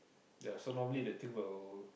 ya so normally the thing will